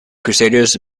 crusaders